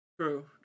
True